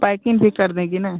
packing भी कर देंगी न